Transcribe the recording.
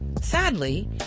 sadly